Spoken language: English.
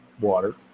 water